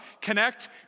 Connect